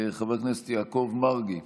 חבר הכנסת יעקב מרגי,